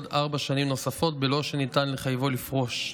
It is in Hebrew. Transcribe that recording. ארבע שנים נוספות בלא שניתן לחייבו לפרוש.